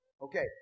Okay